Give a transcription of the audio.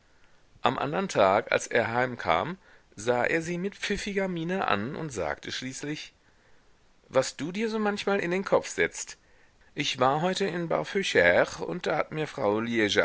am andern tag als er heimkam sah er sie mit pfiffiger miene an und sagte schließlich was du dir so manchmal in den kopf setzt ich war heute in barfeuchres und da hat mir frau